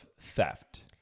theft